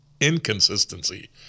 inconsistency